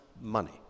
money